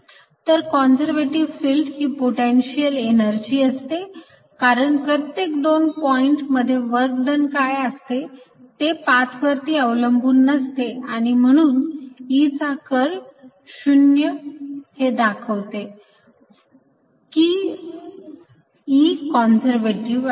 तर conservative field ही potential energy असते कारण प्रत्येक दोन पॉईंट मध्ये वर्क डन काय असते ते पाथ वरती अवलंबून नसते आणि म्हणून E चा कर्ल 0 हे दाखवते कि E कॉन्सर्व्हेटिव्ह आहे